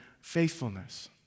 faithfulness